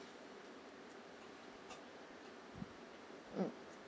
mm